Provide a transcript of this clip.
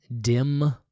dim